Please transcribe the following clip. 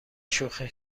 شوخی